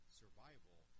survival